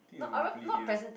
think is Monopoly Deal